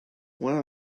what